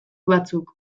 batzuk